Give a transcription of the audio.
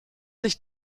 sich